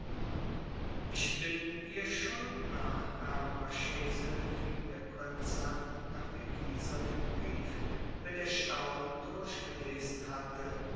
ich bin ihr schuldner herr marchese fing der prinz an nachdem dieser den brief mit erstaunen durchlesen hatte